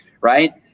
right